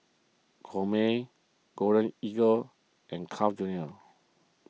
Gourmet Golden Eagle and Carl's Junior